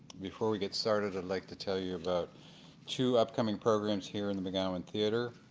before we get started, i'd like to tell you about two upcoming programs here in the mcgowan theater,